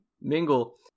mingle